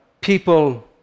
people